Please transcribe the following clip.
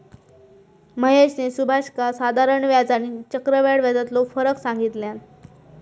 महेशने सुभाषका साधारण व्याज आणि आणि चक्रव्याढ व्याजातलो फरक सांगितल्यान